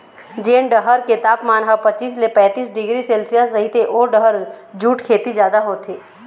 जेन डहर के तापमान ह पचीस ले पैतीस डिग्री सेल्सियस रहिथे ओ डहर जूट खेती जादा होथे